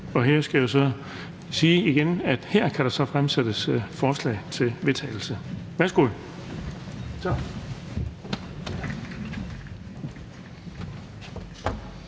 Jeg skal igen sige, at her kan der så fremsættes forslag til vedtagelse. Værsgo.